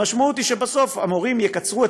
המשמעות היא שבסוף המורים יקצרו את